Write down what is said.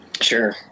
sure